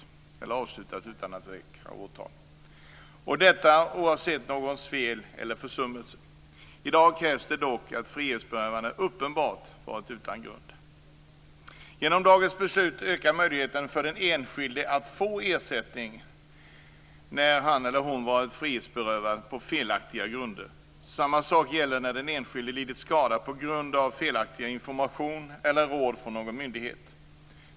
Detta gäller oavsett om det är någon som gjort ett fel eller en försummelse. I dag krävs det dock att frihetsberövandet uppenbart varit utan grund. Genom det här beslutet ökar möjligheten för den enskilde att få ersättning när han eller hon varit frihetsberövad på felaktiga grunder. Samma sak gäller när den enskilde lidit skada på grund av felaktig information eller felaktiga råd från någon myndighet.